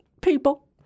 People